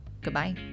Goodbye